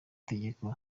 tegeko